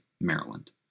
Maryland